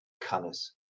colors